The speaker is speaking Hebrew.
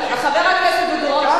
חבר הכנסת דודו רותם,